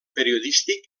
periodístic